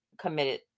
committed